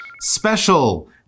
special